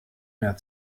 mehr